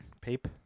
Pape